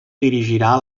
dirigirà